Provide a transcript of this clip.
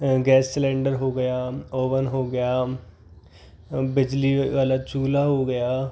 gas cylinder हो गया oven हो गया बिजली वाला चूल्हा हो गया